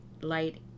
light